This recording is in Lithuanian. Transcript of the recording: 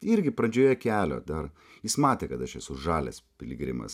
irgi pradžioje kelio dar jis matė kad aš esu žalias piligrimas